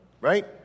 right